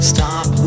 Stop